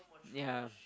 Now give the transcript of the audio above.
yea